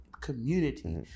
community